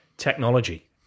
technology